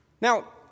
Now